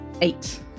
Eight